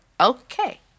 okay